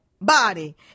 body